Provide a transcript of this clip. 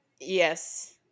Yes